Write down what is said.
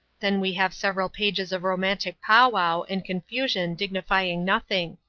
then we have several pages of romantic powwow and confusion signifying nothing.